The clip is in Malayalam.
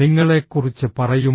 നിങ്ങളെക്കുറിച്ച് പറയുമോ